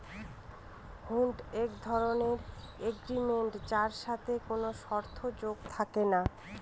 হুন্ড এক ধরনের এগ্রিমেন্ট যার সাথে কোনো শর্ত যোগ থাকে না